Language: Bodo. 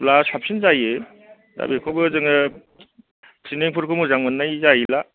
ब्ला साबसिन जायो दा बेखौबो जोङो थिनायफोरखौ मोजां मोननाय जाहैला